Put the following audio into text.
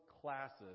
classes